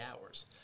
hours